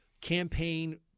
campaign